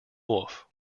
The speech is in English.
wolfe